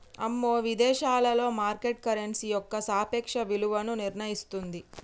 అమ్మో విదేశాలలో market currency యొక్క సాపేక్ష విలువను నిర్ణయిస్తుంది